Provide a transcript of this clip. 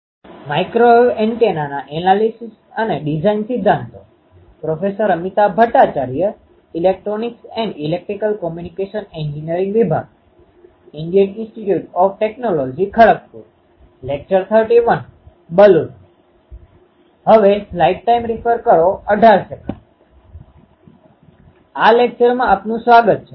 આ લેક્ચરમાં આપનું સ્વાગત છે